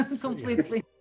completely